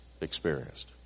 experienced